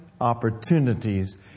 opportunities